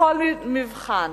בכל מבחן,